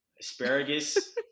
asparagus